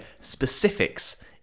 specifics